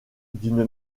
d’une